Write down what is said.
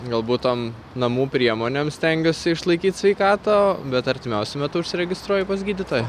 galbūt tom namų priemonėm stengiuosi išlaikyt sveikatą bet artimiausiu metu užsiregistruoju pas gydytoją